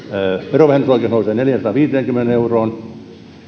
verovähennysoikeus nousee neljäänsataanviiteenkymmeneen euroon